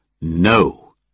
No